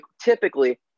typically